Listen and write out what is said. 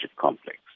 complex